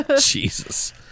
Jesus